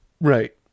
Right